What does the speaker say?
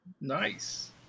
nice